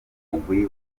umugwi